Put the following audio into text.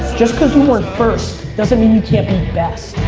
just cause you weren't first doesn't mean you can't be best.